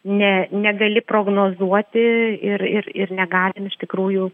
ne negali prognozuoti ir ir ir negalim iš tikrųjų